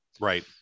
Right